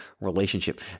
relationship